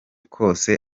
kose